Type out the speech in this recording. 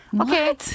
Okay